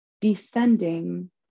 descending